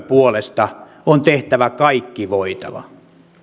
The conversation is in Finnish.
puolesta on tehtävä kaikki voitava